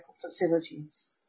facilities